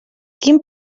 quin